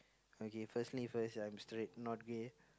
okay firstly first I'm straight not gay